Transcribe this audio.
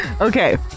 Okay